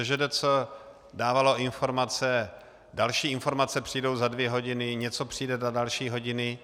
SŽDC dávala informace, že další informace přijdou za dvě hodiny, něco přijde za další hodiny.